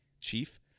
chief